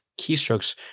keystrokes